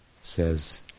says